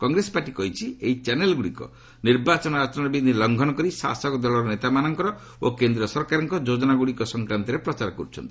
Congress party କହିଛି ଏହି ଚ୍ୟାନେଲ୍ଗୁଡ଼ିକ ନିର୍ବାଚନ ଆଚରଣ ବିଧି ଲଂଘନ କରି ଶାସକ ଦଳର ନେତାମାନଙ୍କର ଓ କେନ୍ଦ୍ର ସରକାରଙ୍କ ଯୋଜନାଗୁଡ଼ିକ ସଫକ୍ରାନ୍ତରେ ପ୍ରଚାର କରୁଛନ୍ତି